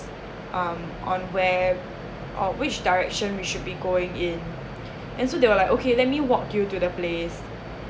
um on web or which direction we should be going in and so they were like okay let me walk you to the place